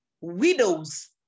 widows